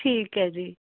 ਠੀਕ ਹੈ ਜੀ